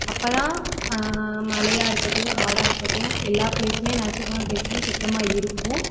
அப்போதான் மலையாக இருக்கட்டும் காடாக இருக்கட்டும் எல்லா ப்ளேஸுமே நேச்சுரலான ப்ளேஸுமே சுத்தமாக இருக்கும்